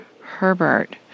Herbert